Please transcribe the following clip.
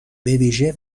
بویژه